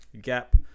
gap